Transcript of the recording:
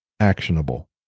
Actionable